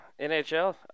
NHL